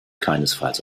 keinesfalls